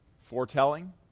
Foretelling